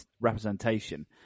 representation